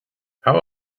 how